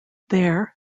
there